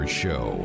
show